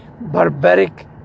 barbaric